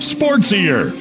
Sportsier